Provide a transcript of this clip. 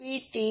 42 angle 36